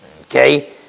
okay